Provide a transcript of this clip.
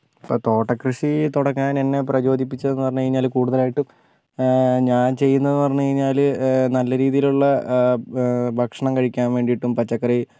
തോട്ടകൃഷി തുടങ്ങാൻ എന്നെ പ്രചോദിപ്പിച്ചതെന്ന് പറഞ്ഞാൽ കൂടുതലായിട്ടും ഞാൻ ചെയ്യുന്നതെന്ന് പറഞ്ഞാല് നല്ല രീതിയിലുള്ള ഭക്ഷണം കഴിക്കാൻ വേണ്ടിയിട്ടും പച്ചക്കറി